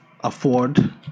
afford